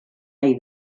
nahi